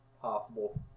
possible